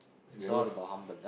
he never f~ f~